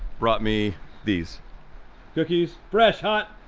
brought me these cookies. fresh hot,